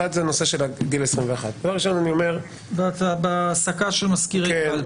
אחת, הנושא של גיל 21. בהעסקה של מזכירי קלפי.